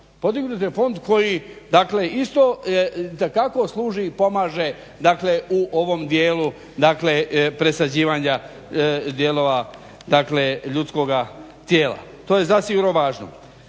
podignut je fond koji dakle isto dakako služi pomaže u ovom dijelu dakle presađivanja dijelova ljudskoga tijela, to je zasigurno važno.